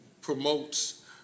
promotes